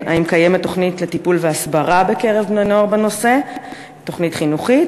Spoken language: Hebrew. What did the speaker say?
מדובר בהתהפכות משאית עם תרנגולות,